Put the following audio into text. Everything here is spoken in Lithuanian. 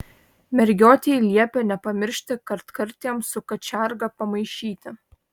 mergiotei liepia nepamiršti kartkartėm su kačiarga pamaišyti